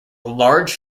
large